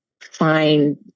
find